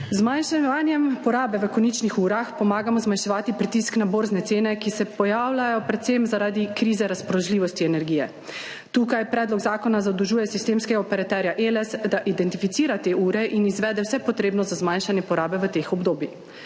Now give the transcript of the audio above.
zmanjševanjem porabe v koničnih urah pomagamo zmanjševati pritisk na borzne cene, ki se pojavljajo predvsem zaradi krize razpoložljivosti energije. Tukaj Predlog zakona zadolžuje sistemskega operaterja ELES, da identificira te ure in izvede vse potrebno za zmanjšanje porabe v teh obdobjih.